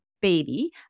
baby